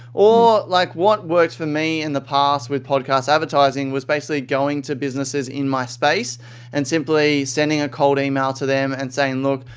or, like what works for me in the past with podcast advertising was basically going to businesses in my space and simply sending a cold email to them and saying, look,